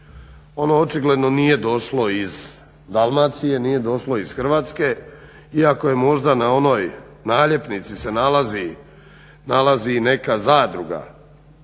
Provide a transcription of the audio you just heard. ono očigledno nije došlo iz Dalmacije, nije došlo iz Hrvatske iako je možda na onoj naljepnici se nalazi i neka zadruga,